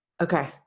okay